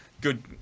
good